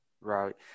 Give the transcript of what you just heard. right